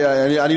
תחזל"ש.